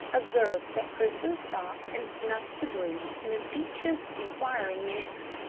observed that crusoe stopped and snuffed the breeze in an anxious, inquiring manner.